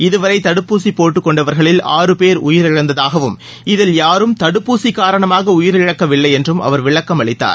இதுவரை தடுப்பூசி போட்டுக்கொண்டவா்களில் ஆறு பேர் உயிரிழந்ததாகவும் இதில் யாரும் தடுப்பூசி காரணமாக உயிரிழக்கவில்லை என்றும் அவர் விளக்கம் அளித்தார்